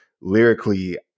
lyrically